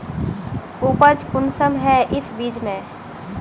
उपज कुंसम है इस बीज में?